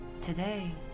Today